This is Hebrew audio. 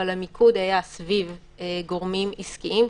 אבל המיקוד היה סביב גורמים עסקיים,